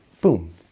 boom